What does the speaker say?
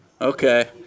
Okay